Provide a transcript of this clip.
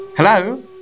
Hello